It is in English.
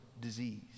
disease